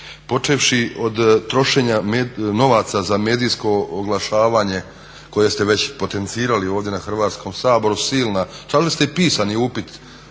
počevši od trošenja novaca za medijsko oglašavanje koje ste već potencirali ovdje na Hrvatskom saboru, silna, tražili ste i pisani upit